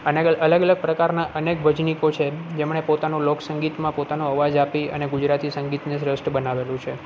અને અલગ અલગ પ્રકારના અનેક ભજનીકો છે જેમણે પોતાનું લોક સંગીતમાં પોતાનો અવાજ આપી અને ગુજરાતી સંગીતને શ્રેષ્ઠ બનાવેલું છે